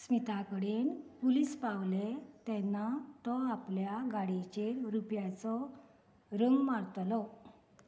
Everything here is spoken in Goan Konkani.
स्मिथा कडेन पुलीस पावलें तेन्ना तो आपल्या गाडयेचेर रुप्याचो रंग मारतलो